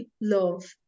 love